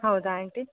ಹೌದಾ ಆಂಟಿ